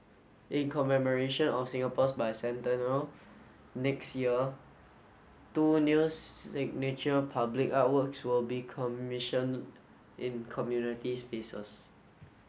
in commemoration of Singapore's Bicentennial next year two new signature public artworks will be commissioned in community spaces